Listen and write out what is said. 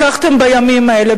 לקחתם בימים האלה,